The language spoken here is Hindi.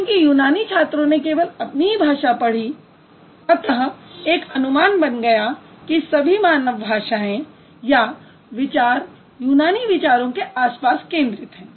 क्योंकि यूनानी छात्रों ने केवल अपनी ही भाषा पढ़ी अतः एक अनुमान बन गया कि सभी मानव भाषाएँ या विचार यूनानी विचारों के आस पास केन्द्रित हैं